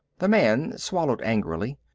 the man swallowed angrily.